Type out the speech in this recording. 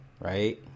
Right